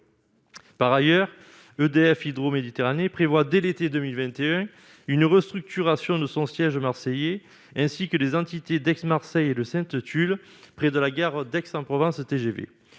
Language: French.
par ailleurs, EDF Hydro-Méditerranée prévoit dès l'été 2021, une restructuration de son siège marseillais, ainsi que des entités d'Aix-Marseille de Sainte-Tulle près de la gare d'Aix-en-Provence TGV,